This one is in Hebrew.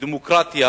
דמוקרטיה